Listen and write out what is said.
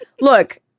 look